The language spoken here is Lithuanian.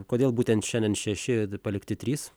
kodėl būtent šiandien šeši palikti trys